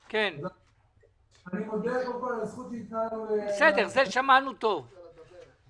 אני רוצה להפנות אתכם לדוח מבקר המדינה שיצא עכשיו,